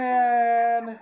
Man